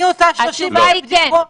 התשובה היא כן.